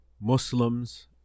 Muslims